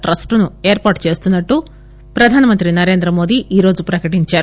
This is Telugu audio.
ట్రస్టును ఏర్పాటు చేస్తున్నట్లు ప్రధాని నరేంద్ర మోడీ ఈ రోజు ప్రకటించారు